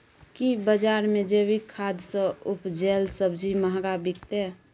की बजार मे जैविक खाद सॅ उपजेल सब्जी महंगा बिकतै?